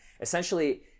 Essentially